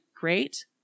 great